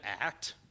act